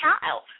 child